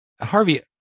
Harvey